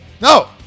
No